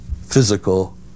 physical